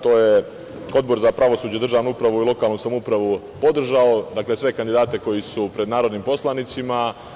To je Odbor za pravosuđe, državnu upravu i lokalnu samoupravu podržao, sve kandidate koji su pred narodnim poslanicima.